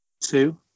Two